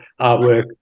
artwork